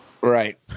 Right